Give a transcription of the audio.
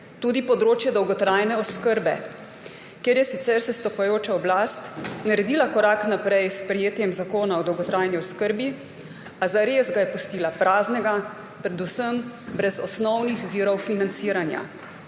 Tudi področje dolgotrajne oskrbe, kjer je sicer sestopajoča oblast naredila korak naprej s sprejetjem Zakona o dolgotrajni oskrbi, a zares ga je pustila praznega, predvsem brez osnovnih virov financiranja.